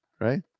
right